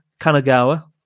Kanagawa